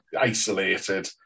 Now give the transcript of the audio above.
isolated